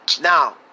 Now